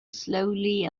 slowly